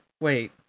Wait